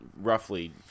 roughly